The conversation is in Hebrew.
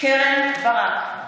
קרן ברק,